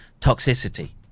toxicity